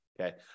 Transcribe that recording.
okay